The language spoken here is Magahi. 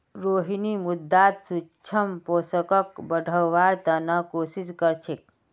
रोहिणी मृदात सूक्ष्म पोषकक बढ़व्वार त न कोशिश क र छेक